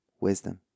wisdom